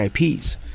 IPs